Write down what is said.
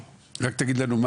רק תגיד לנו מה